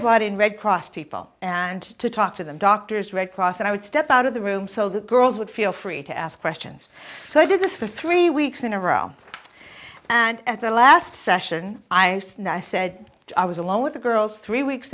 brought in red cross people and to talk to them doctors red cross and i would step out of the room so that girls would feel free to ask questions so i did this for three weeks in a row and the last session i use now i said i was alone with the girls three weeks